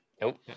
Nope